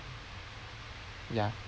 ya